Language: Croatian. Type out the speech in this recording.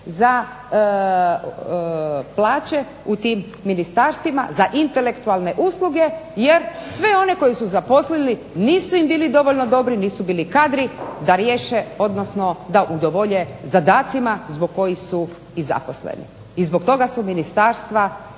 za plaće u tim ministarstvima za intelektualne usluge jer sve one koje su zaposlili nisu im bili dovoljno dobri, nisu bili kadri da riješe odnosno da udovolje zadacima zbog kojih su i zaposleni. I zbog toga su ministarstva zapošljavala